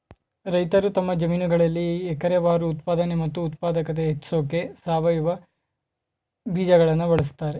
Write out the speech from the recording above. ರೈತರು ತಮ್ಮ ಜಮೀನುಗಳಲ್ಲಿ ಎಕರೆವಾರು ಉತ್ಪಾದನೆ ಮತ್ತು ಉತ್ಪಾದಕತೆ ಹೆಚ್ಸೋಕೆ ಸಾವಯವ ಬೀಜಗಳನ್ನು ಬಳಸ್ತಾರೆ